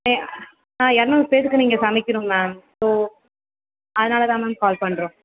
எ ஆ இரநூறு பேர்த்துக்கு நீங்கள் சமைக்கணும் மேம் ஸோ அதனால் தான் மேம் கால் பண்ணுறோம்